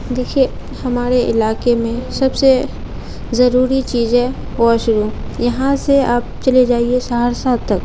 دیکھیے ہمارے علاقے میں سب سے ضروری چیز ہے واش روم یہاں سے آپ چلے جائیے سہرسہ تک